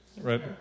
right